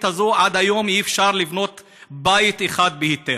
הזאת עד היום אי-אפשר לבנות בית אחד בהיתר.